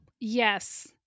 Yes